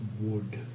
wood